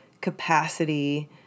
capacity